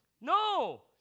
No